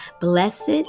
blessed